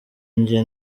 njye